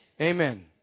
Amen